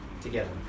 together